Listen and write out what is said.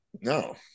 No